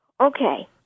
Okay